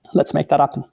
let's make that happen.